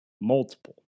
multiple